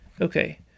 Okay